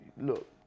look